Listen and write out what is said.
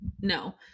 No